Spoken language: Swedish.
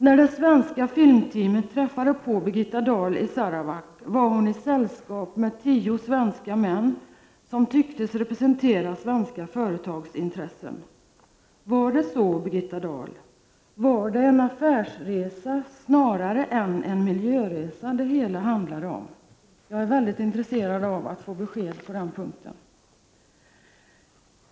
När det svenska filmteamet träffade på Birgitta Dahl i Sarawak var hon i sällskap med tio svenska män som tycktes representera svenska företagsintressen. Var det så, Birgitta Dahl? Var det en affärsresa snarare än en miljöresa det hela handlade om? Jag är väldigt intresserad av att få besked på den punkten.